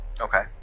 okay